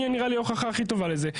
אני ההוכחה הכי טובה לזה,